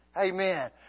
Amen